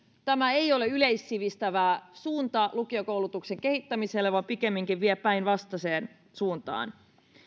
tämä ei ole yleissivistävä suunta lukiokoulutuksen kehittämiselle vaan pikemminkin vie päinvastaiseen suuntaan